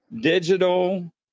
digital